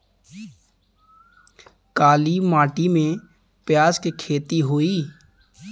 काली माटी में प्याज के खेती होई?